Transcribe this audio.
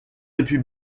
depuis